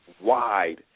wide